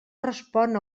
respon